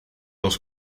los